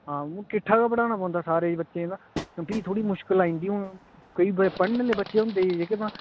हां हून किट्ठा गै पढ़ाना पौंदा सारें बच्चे गी तां फ्ही थोह्ड़ी मुश्कल आई जंदी हून केईं पढ़ने आह्ले बच्चे होंदे जेह्के तां